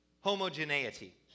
homogeneity